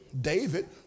David